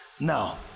Now